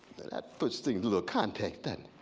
that puts things a little context, and